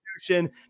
institution